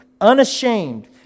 unashamed